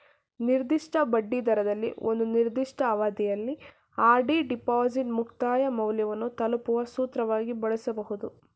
ನಿರ್ದಿಷ್ಟ ಬಡ್ಡಿದರದಲ್ಲಿ ಒಂದು ನಿರ್ದಿಷ್ಟ ಅವಧಿಯಲ್ಲಿ ಆರ್.ಡಿ ಡಿಪಾಸಿಟ್ ಮುಕ್ತಾಯ ಮೌಲ್ಯವನ್ನು ತಲುಪುವ ಸೂತ್ರವಾಗಿ ಬಳಸಬಹುದು